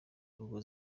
rugo